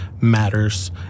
matters